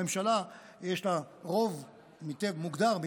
לממשלה יש רוב מוגדר,